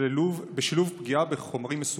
בשילוב פגיעה בחומרים מסוכנים.